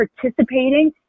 participating